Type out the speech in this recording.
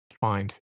find